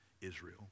Israel